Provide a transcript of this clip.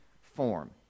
form